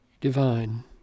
divine